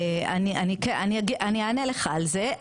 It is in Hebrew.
אני אענה לך על זה,